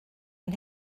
ein